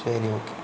ശരി ഓക്കേ